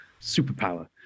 superpower